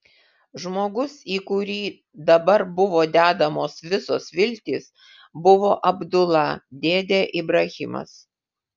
žmogus į kurį dabar buvo dedamos visos viltys buvo abdula dėdė ibrahimas